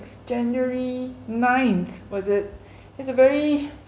it's january ninth was it it's a very